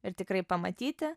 ir tikrai pamatyti